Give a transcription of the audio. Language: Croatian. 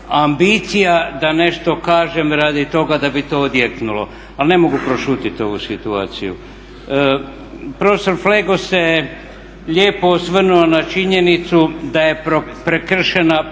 ambicija da nešto kažem radi toga da bi to odjeknulo. Ali ne mogu prošutiti ovu situaciju. Profesor Flego se lijepo osvrnuo na činjenicu da je prekršena procedura.